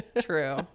True